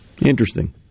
Interesting